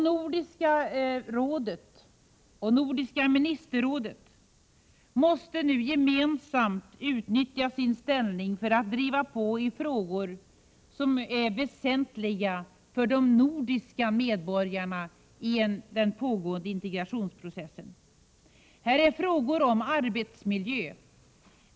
Nordiska rådet och Nordiska ministerrådet måste nu gemensamt utnyttja sin ställning för att driva på i frågor i den pågående integrationsprocessen som är väsentliga för de nordiska medborgarna. Det finns exempelvis frågor som rör arbetsmiljön.